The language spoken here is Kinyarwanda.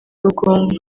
rugunga